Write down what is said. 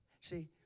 See